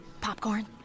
Popcorn